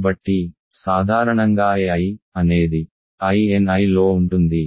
కాబట్టి సాధారణంగా ai అనేది Ini లో ఉంటుంది